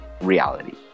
reality